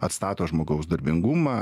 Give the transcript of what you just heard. atstato žmogaus darbingumą